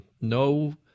No